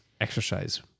exercise